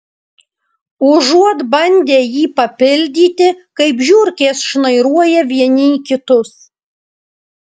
užuot bandę jį papildyti kaip žiurkės šnairuoja vieni į kitus